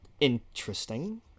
interesting